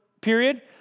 period